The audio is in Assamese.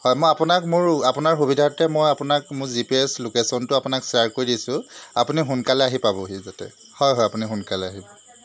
হয় মই আপোনাক মোৰ আপোনাৰ সুবিধাৰ্থে মই আপোনাক মোৰ জি পি এছ লোকেশ্যনটো আপোনাক শ্বেয়াৰ কৰি দিছোঁ আপুনি সোনকালে আহি পাবহি যাতে হয় হয় আপুনি সোনকালে আহিব